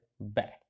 back